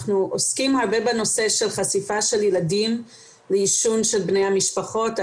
אנחנו עוסקים הרבה בנושא של חשיפה של ילדים לעישון של בני המשפחות.